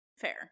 Fair